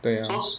对呀